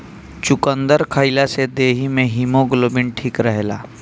चुकंदर खइला से देहि में हिमोग्लोबिन ठीक रहेला